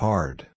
Hard